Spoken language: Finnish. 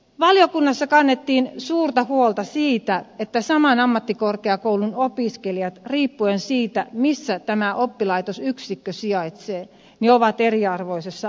valiokunnassa kannettiin suurta huolta siitä että saman ammattikorkeakoulun opiskelijat riippuen siitä missä tämä oppilaitosyksikkö sijaitsee ovat eriarvoisessa asemassa